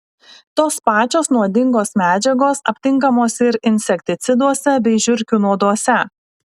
tos pačios nuodingos medžiagos aptinkamos ir insekticiduose bei žiurkių nuoduose